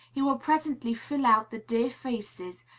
he will presently fill out the dear faces,